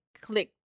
click